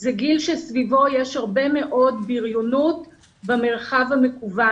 זה גיל שסביבו יש הרבה מאוד בריונות במרחב המקוון.